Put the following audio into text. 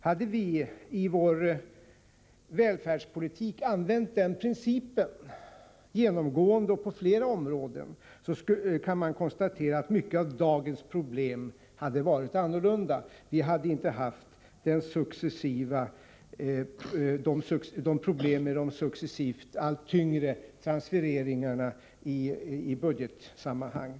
Hade vi i vår välfärdspolitik använt den principen genomgående och på flera områden, så hade mycket av dagens problem varit lättare att lösa. Vi hade t.ex. inte haft problem med de successivt allt tyngre transfereringarna i budgetsammanhang.